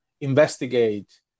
investigate